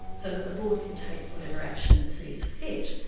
so that the board can take whatever action it sees fit.